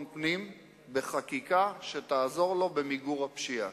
פנים בחקיקה שתעזור לו במיגור הפשיעה.